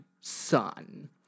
son